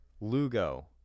Lugo